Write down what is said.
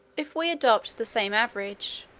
if we adopt the same average,